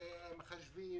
מחשבים,